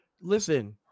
listen